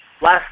Last